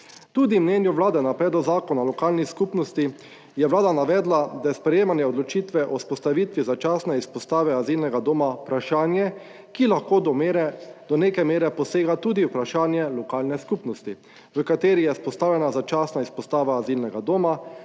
Tudi v mnenju Vlade na predlog zakona o lokalni skupnosti. Je Vlada navedla, da je sprejemanje odločitve o vzpostavitvi začasne izpostave azilnega doma vprašanje, ki do neke mere posega tudi v vprašanje lokalne skupnosti. V kateri je vzpostavljena začasna izpostava azilnega doma,